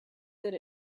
good